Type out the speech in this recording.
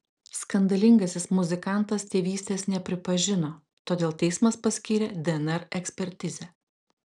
skandalingasis muzikantas tėvystės nepripažino todėl teismas paskyrė dnr ekspertizę